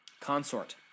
consort